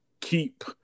keep